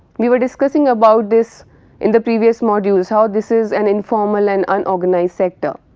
we were discussing about this in the previous modules how this is an informal and unorganised sector.